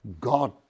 God